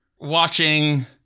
watching